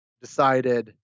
decided